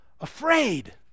afraid